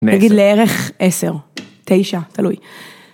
נגיד לערך עשר, תשע, תלוי.